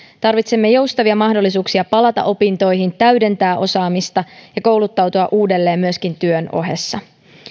tarvitsemme joustavia mahdollisuuksia palata opintoihin täydentää osaamista ja kouluttautua uudelleen myöskin työn ohessa